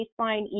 baseline